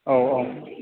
औ औ